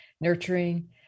nurturing